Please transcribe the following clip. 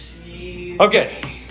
Okay